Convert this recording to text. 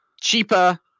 Cheaper